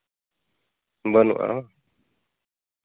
ᱵᱟᱹᱱᱩᱜᱼᱟ